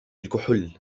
الكحول